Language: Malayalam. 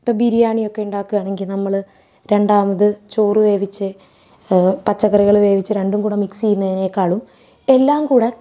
ഇപ്പം ബിരിയാണിയൊക്കെ ഉണ്ടാക്കാണെങ്കിൽ നമ്മൾ രണ്ടാമത് ചോറ് വേവിച്ച് പച്ചക്കറികൾ വേവിച്ച് രണ്ടും കൂടെ മിക്സ് ചെയ്യുന്നതിനേക്കാളും എല്ലാം കൂടെ